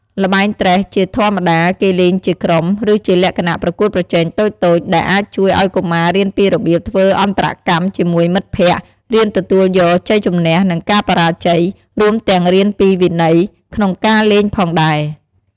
ល្បែងត្រេះជាធម្មតាគេលេងជាក្រុម ឬជាលក្ខណៈប្រកួតប្រជែងតូចៗ ដែលអាចជួយឲ្យកុមាររៀនពីរបៀបធ្វើអន្តរកម្មជាមួយមិត្តភក្តិ រៀនទទួលយកជ័យជំនះ និងការបរាជ័យ រួមទាំងរៀនពីវិន័យក្នុងការលេងផងដែរ។